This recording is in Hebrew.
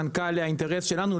האינטרס שלנו,